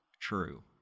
true